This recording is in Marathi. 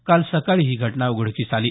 काल सकाळी ही घटना उघडकीस आली